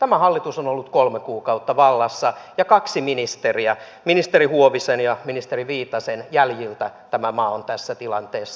tämä hallitus on ollut kolme kuukautta vallassa ja kahden ministerin ministeri huovisen ja ministeri viitasen jäljiltä tämä maa on tässä tilanteessa